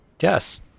Yes